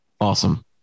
Awesome